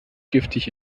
giftig